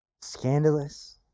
Scandalous